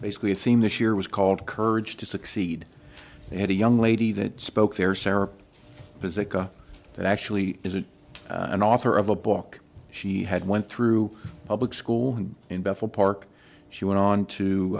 basically a theme this year was called courage to succeed they had a young lady that spoke their sarap visit that actually is it an author of a book she had went through public school in buffalo park she went on to